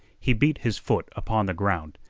he beat his foot upon the ground,